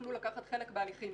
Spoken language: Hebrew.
יוכלו לקחת חלק בהליכים?